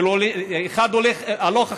כי אחד הולך הלוך,